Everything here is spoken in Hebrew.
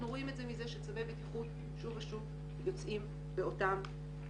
אנחנו רואים את זה מזה שצווי בטיחות שוב ושוב יוצאים באותם האתרים.